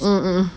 mm mm